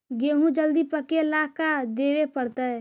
गेहूं जल्दी पके ल का देबे पड़तै?